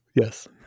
Yes